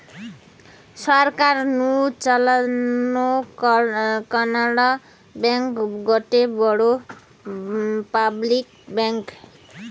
সরকার নু চালানো কানাড়া ব্যাঙ্ক গটে বড় পাবলিক ব্যাঙ্ক